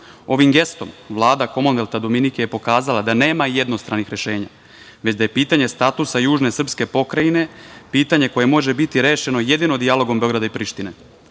gestom Vlada Komonvelta Dominike je pokazala da nema jednostranih rešenja, već da je pitanje statusa južne srpske pokrajine, pitanje koje može biti rešeno jedino dijalogom Beograda i Prištine.